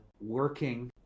working